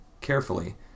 carefully